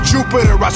Jupiter